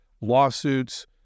lawsuits